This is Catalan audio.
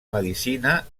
medicina